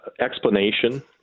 explanation